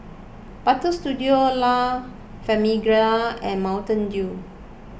Butter Studio La Famiglia and Mountain Dew